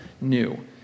new